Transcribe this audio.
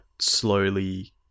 slowly